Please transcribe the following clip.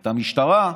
ואת המשטרה.